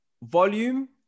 Volume